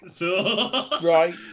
Right